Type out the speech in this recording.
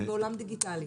אנחנו בעולם דיגיטלי.